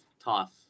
tough